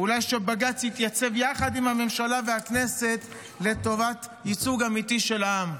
אולי שבג"ץ יתייצב יחד עם הממשלה והכנסת לטובת ייצוג אמיתי של העם.